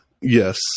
yes